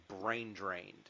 brain-drained